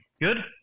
Good